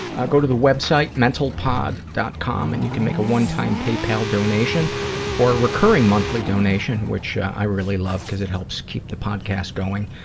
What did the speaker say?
ah go to the website, mentalpod. com, and you can make a one-time paypal donation or recurring monthly donation, which i really love, because it helps keep the podcast going.